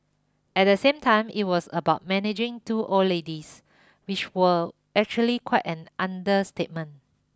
at the same time it was about managing two old ladies which was actually quite an understatement